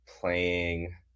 playing